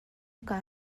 kaa